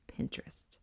Pinterest